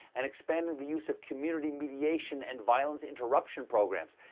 and expanding the use of community mediation and violence-interruption programs.